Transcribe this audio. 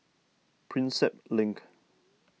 Prinsep Link